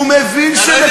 הוא מבין שנחשפה האמת.